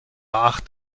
acht